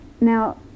Now